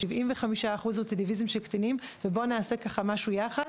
יש 75% רצידביזם של קטינים ובואו נעשה משהו יחד.